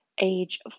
age